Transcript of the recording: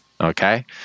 okay